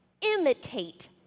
imitate